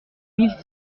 mille